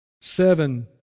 seven